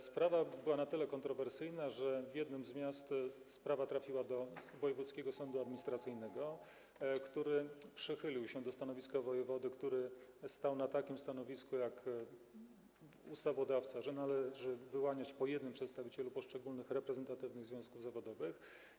Sprawa była na tyle kontrowersyjna, że w jednym z miast trafiła do wojewódzkiego sądu administracyjnego, który przychylił się do stanowiska wojewody - które było takie jak stanowisko ustawodawcy - że należy wyłaniać po jednym przedstawicielu z poszczególnych reprezentatywnych związków zawodowych.